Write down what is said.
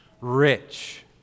rich